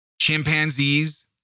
chimpanzees